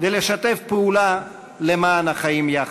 ולשתף פעולה למען החיים יחד.